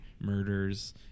murders